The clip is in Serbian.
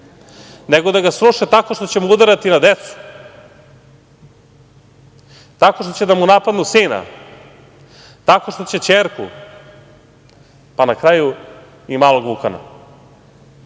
nego da ga sruše tako što će mu udarati na decu, tako što će da mu napadnu sina, tako što će ćerku, pa na kraju, i malog Vukana.